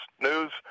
news